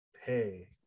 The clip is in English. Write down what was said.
hey